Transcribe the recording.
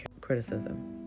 criticism